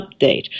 update